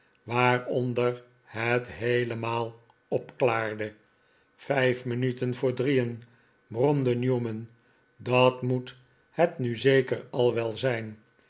waaronder het heelemaal opklaarde vijf minuten voor drieen bromde newman dat moet het nu zeker al wel zijn